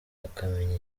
bakamenya